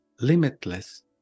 limitless